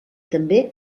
també